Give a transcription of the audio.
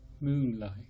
moonlight